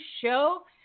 show